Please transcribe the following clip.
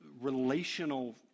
relational